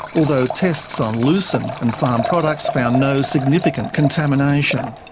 although tests on lucerne and farm products found no significant contamination.